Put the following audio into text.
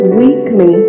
weekly